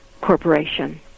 corporation